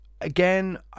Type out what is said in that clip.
again